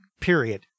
Period